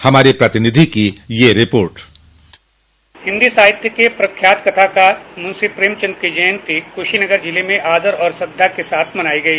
हमारे प्रतिनिधि की एक रिपोर्ट हिन्दी साहित्य के प्रख्यात कथाकार मुंशी प्रेमचन्द की जयंती कुशीनगर जिले में आदर और श्रद्धा के साथ मनाई गई